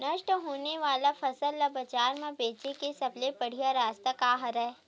नष्ट होने वाला फसल ला बाजार मा बेचे के सबले बढ़िया रास्ता का हरे?